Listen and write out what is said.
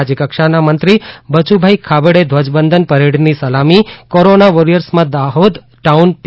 રાજ્ય કક્ષાના મંત્રી બયુભાઇ ખાબડે ધ્વજવંદન પરેડની સલામી કોરોના વોરીયર્સમાં દાહોદ ટાઉન પી